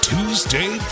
Tuesday